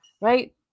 right